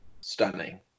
stunning